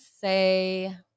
say